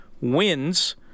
wins